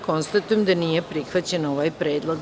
Konstatujem da nije prihvaćen ovaj predlog.